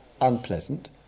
unpleasant